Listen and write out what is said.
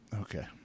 Okay